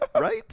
Right